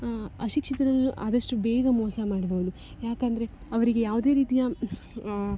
ಅಶಿಕ್ಷಿತರನ್ನು ಆದಷ್ಟು ಬೇಗ ಮೋಸ ಮಾಡ್ಬೌದು ಯಾಕೆಂದ್ರೆ ಅವರಿಗೆ ಯಾವುದೇ ರೀತಿಯ